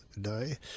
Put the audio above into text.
Day